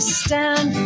stand